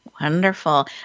Wonderful